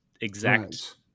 exact